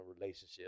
relationship